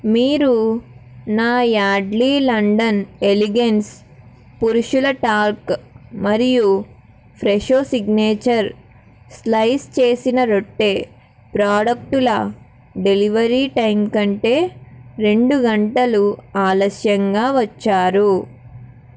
మీరు నా Yardley London Elegance పురుషుల టాల్క్ మరియు ఫ్రెషో సిగ్నేచర్ స్లైస్ చేసిన రొట్టె ప్రాడక్టుల డెలివరీ టైం కంటే రెండు గంటలు ఆలస్యంగా వచ్చారు